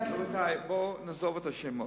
רבותי, בואו נעזוב את השמות,